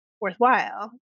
worthwhile